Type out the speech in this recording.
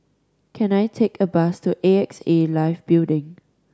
can I take a bus to A X A Life Building